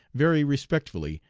very respectfully,